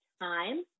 time